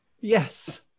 yes